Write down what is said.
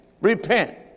Repent